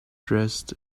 dressed